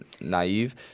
naive